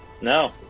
No